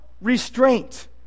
restraint